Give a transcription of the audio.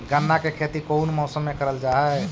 गन्ना के खेती कोउन मौसम मे करल जा हई?